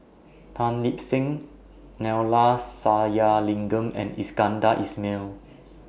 Tan Lip Seng Neila Sathyalingam and Iskandar Ismail